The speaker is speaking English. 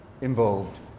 involved